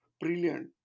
brilliant